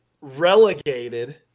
relegated